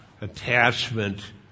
attachment